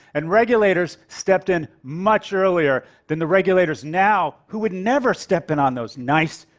and regulators stepped in much earlier than the regulators now, who would never step in on those nice,